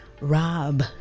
rob